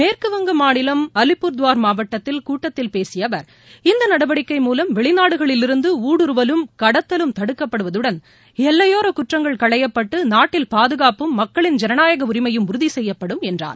மேற்குவங்க மாநிலம் அலிபுர்துவார் மாவட்டத்தில் கூட்டத்தில் பேசிய அவர் இந்த நடவடிக்கை மூலம் வெளிநாடுகளிலிருந்து ஊடுருவலும் கடத்தலும் தடுக்கப்படுவதுடன் எல்லையோரக் குற்றங்கள் களையப்பட்டு நாட்டில் பாதுகாப்பும் மக்களின் ஜனநாயக உரிமையும் உறுதிசெய்யப்படும் என்றார்